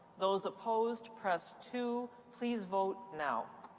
those opposed, press two. please vote now.